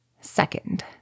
Second